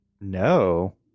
No